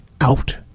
out